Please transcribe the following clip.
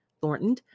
Thornton